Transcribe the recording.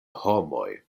homoj